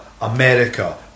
America